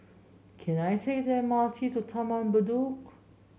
can I take the M R T to Taman Bedok